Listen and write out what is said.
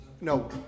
no